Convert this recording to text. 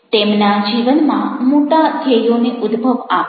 તેમના જીવનમાં મોટા ધ્યેયોને ઉદ્ભવ આપે